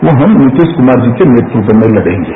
वह हम नीतीश कुमार जी के नेतृत्व में लड़ेंगे